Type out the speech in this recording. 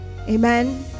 Amen